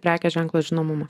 prekės ženklo žinomumą